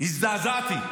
הזדעזעתי.